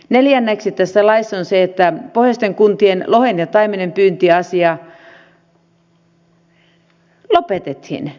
neljänneksi tässä laissa on se että pohjoisten kuntien lohen ja taimenen pyyntiasia lopetettiin